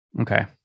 Okay